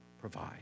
provide